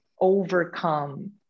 overcome